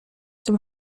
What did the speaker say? dem